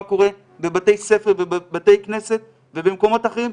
קורה בבתי ספר ובבתי כנסת ובמקומות אחרים,